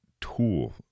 tool